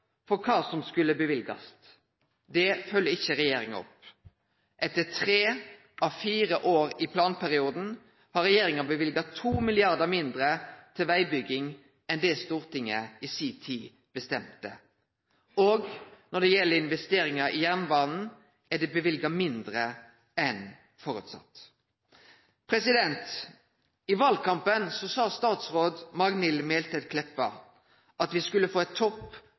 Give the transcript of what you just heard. for kva som skulle løyvast. Det følgjer ikkje regjeringa opp. Etter tre av fire år i planperioden har regjeringa løyvd 2 mrd. kr mindre til vegbygging enn det Stortinget i si tid bestemte. Òg når det gjeld investeringar i jernbanen, er det løyvt mindre enn føresett. I valkampen sa statsråd Magnhild Meltveit Kleppa at me skulle få eit topp